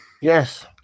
Yes